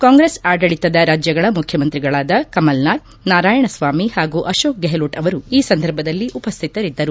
ಕಾಂಗ್ರೆಸ್ ಆಡಳಿತದ ರಾಜ್ಯಗಳ ಮುಖ್ಯಮಂತ್ರಿಗಳಾದ ಕಮಲ್ ನಾಥ್ ನಾರಾಯಣಸ್ವಾಮಿ ಹಾಗೂ ಅಶೋಕ್ ಗೆಹ್ಲೊಟ್ ಅವರು ಈ ಸಂದರ್ಭದಲ್ಲಿ ಉಪಸ್ಟಿತರಿದ್ದರು